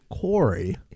Corey